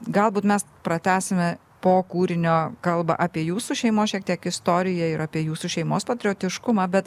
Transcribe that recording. galbūt mes pratęsime po kūrinio kalbą apie jūsų šeimos šiek tiek istoriją ir apie jūsų šeimos patriotiškumą bet